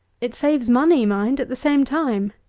it saves money, mind, at the same time.